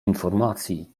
informacji